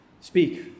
Speak